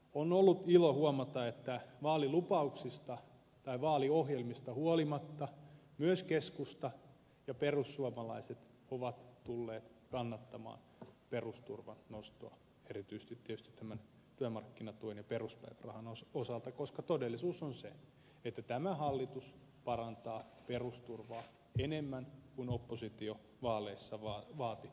on ollut ilo huomata että vaalilupauksista tai vaaliohjelmista huolimatta myös keskusta ja perussuomalaiset ovat tulleet kannattamaan perusturvan nostoa erityisesti tietysti tämän työmarkkinatuen ja peruspäivärahan osalta koska todellisuus on se että tämä hallitus parantaa perusturvaa enemmän kuin oppositio vaaleissa vaati